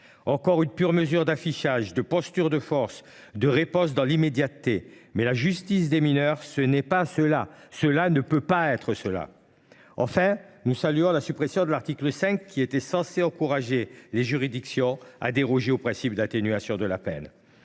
encore une pure mesure d’affichage, de posture de force, de réponse dans l’immédiateté ! Mais la justice des mineurs, ce n’est pas cela, ce ne peut pas être cela ! Enfin, nous saluons la suppression de l’article 5, qui visait à encourager les juridictions à déroger au principe d’atténuation de la peine.